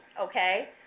Okay